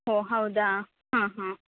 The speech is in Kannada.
ಓ ಹೌದಾ ಆಂ ಹಾಂ